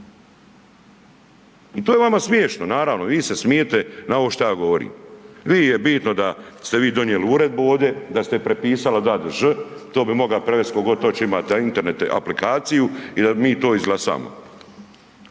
I to je vama smiješno, naravno, vi se smijete na ovo što ja govorim. Vi je bitno da ste vi donijeli uredbu ovdje, da ste je prepisali od „a“ do „ž“, to bi moga prevest tko god hoće, imate internete aplikaciju i da mi to izglasamo.